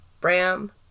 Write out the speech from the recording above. Bram